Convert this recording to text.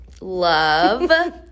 Love